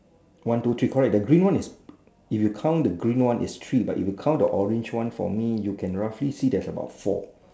one two three correct the green one is if you count the green one is three but if you count the orange one for me you can roughly see there's about four